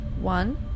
one